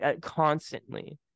constantly